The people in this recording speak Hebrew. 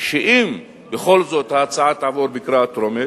שאם בכל זאת ההצעה תעבור בקריאה טרומית,